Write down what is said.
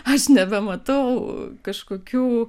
aš nebematau kažkokių